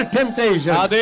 temptations